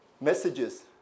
messages